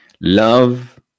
Love